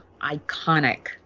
iconic